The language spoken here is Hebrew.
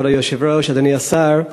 כבוד היושב-ראש, אדוני השר,